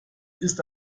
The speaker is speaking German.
ist